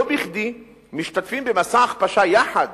לא בכדי משתתפים במסע ההכפשה יחד